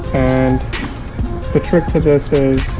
and the trick to this is